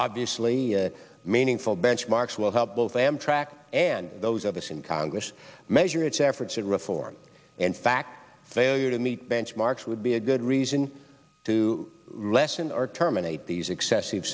obviously meaningful benchmarks will help both amtrak and those of us in congress measure its efforts and reform in fact failure to meet benchmarks would be a good reason to lessen our terminate these excessive